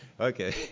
Okay